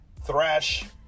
thrash